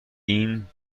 این